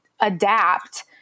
adapt